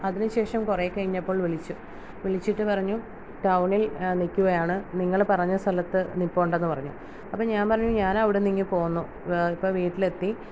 അതിനു ശേഷം കുറെ കഴിഞ്ഞപ്പോൾ വിളിച്ചു വിളിച്ചിട്ട് പറഞ്ഞു ടൗണിൽ നിൽക്കുകയാണ് നിങ്ങൾ പറഞ്ഞ സ്ഥലത്ത് നിപ്പുണ്ടെന്ന് പറഞ്ഞു അപ്പോൾ ഞാൻ പറഞ്ഞു ഞാൻ അവിടന്നിങ്ങു പോന്നു ഇപ്പോൾ വീട്ടിലെത്തി